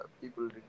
people